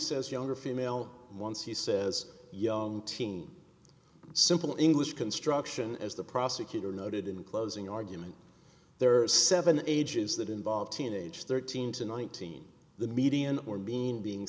says younger female ones he says young teen simple english construction as the prosecutor noted in closing argument there are seven ages that involve teenagers thirteen to nineteen the median or mean being